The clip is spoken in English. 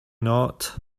not